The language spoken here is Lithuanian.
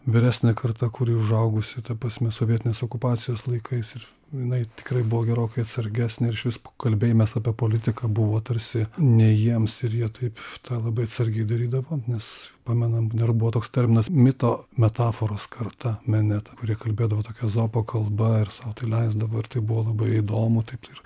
vyresnė karta kuri užaugusi ta prasme sovietinės okupacijos laikais ir jinai tikrai buvo gerokai atsargesnė ir išvis kalbėjimas apie politiką buvo tarsi ne jiems ir jie taip tą labai atsargiai darydavo nes pamenam dar buvo toks terminas mito metaforos karta meneta kurie kalbėdavo tokia ezopo kalba ir sau tai leisdavo ir tai buvo labai įdomu taip ir